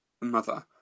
mother